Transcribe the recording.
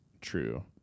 true